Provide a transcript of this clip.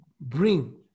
bring